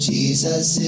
Jesus